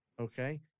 okay